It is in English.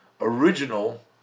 original